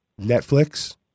Netflix